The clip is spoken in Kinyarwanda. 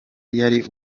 yari